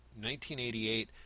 1988